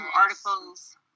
articles